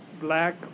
black